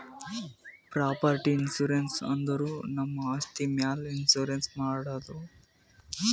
property insurance ಅಂದುರ್ ನಮ್ ಆಸ್ತಿ ಮ್ಯಾಲ್ ಇನ್ಸೂರೆನ್ಸ್ ಮಾಡದು